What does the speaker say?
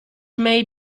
may